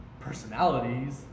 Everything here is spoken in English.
personalities